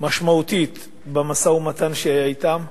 משמעותית במשא-ומתן אתם,